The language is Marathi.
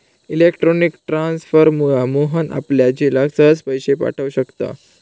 इलेक्ट्रॉनिक ट्रांसफरमुळा मोहन आपल्या झिलाक सहज पैशे पाठव शकता